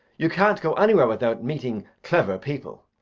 you can't go anywhere without meeting clever people.